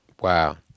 Wow